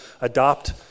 adopt